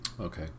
Okay